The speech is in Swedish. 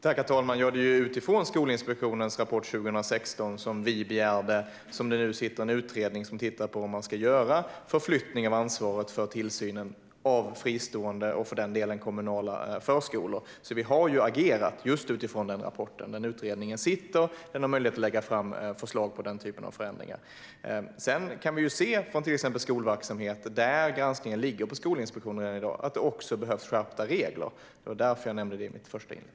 Herr talman! Det är utifrån Skolinspektionens rapport 2016 som det nu pågår en utredning som tittar på om man ska göra förflyttning av ansvaret för tillsynen över fristående och för den delen kommunala förskolor. Vi har agerat utifrån den rapporten. Utredningen pågår, och den har möjlighet att lägga fram förslag om den typen av förändringar. Sedan kan vi se från till exempel skolverksamhet där granskningen redan i dag ligger hos Skolinspektionen att det också behövs skärpta regler. Det var därför jag nämnde det i mitt första inlägg.